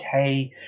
okay